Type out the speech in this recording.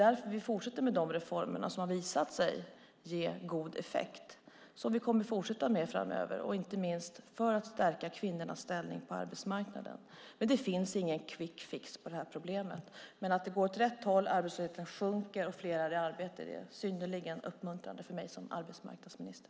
Därför fortsätter vi med de reformer som har visat sig ge god effekt. Vi fortsätter med dem inte minst för att stärka kvinnors ställning på arbetsmarknaden. Det finns ingen quick fix på problemet. Men det går åt rätt håll - arbetslösheten sjunker och fler är i arbete. Det är synnerligen uppmuntrande för mig som arbetsmarknadsminister.